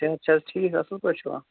صحت چھُ حظ ٹھیٖک اَصٕل پٲٹھۍ چھُوا